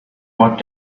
walked